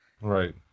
Right